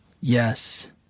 Yes